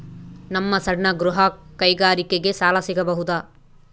ನಮ್ಮ ಸಣ್ಣ ಗೃಹ ಕೈಗಾರಿಕೆಗೆ ಸಾಲ ಸಿಗಬಹುದಾ?